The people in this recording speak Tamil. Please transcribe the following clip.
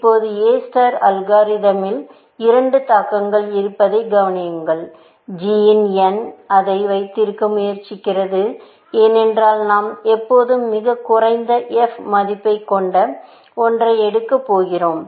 இப்போது எ ஸ்டார் அல்காரிதமில் இரண்டு தாக்கங்கள் இருப்பதைக் கவனியுங்கள் g இன் n அதை வைத்திருக்க முயற்சிக்கிறது ஏனென்றால் நாம் எப்போதும் மிகக் குறைந்த f மதிப்பைக் கொண்ட ஒன்றை எடுக்கப் போகிறோம்